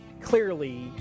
clearly